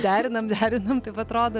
derinam derinam taip atrodo